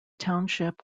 township